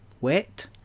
wet